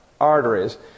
arteries